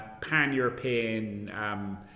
pan-European